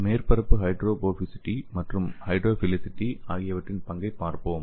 மேற்பரப்பு ஹைட்ரோபோபசிட்டி மற்றும் ஹைட்ரோஃபிலிசிட்டி ஆகியவற்றின் பங்கைப் பார்ப்போம்